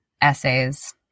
essays